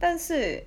但是